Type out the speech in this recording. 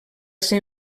ser